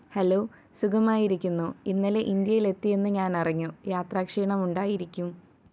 hello സുഖമായിരിക്കുന്നോ ഇന്നലെ ഇൻഡ്യയിൽ എത്തിയെന്ന് ഞാൻ അറിഞ്ഞു യാത്രാക്ഷീണം ഉണ്ടായിരിക്കും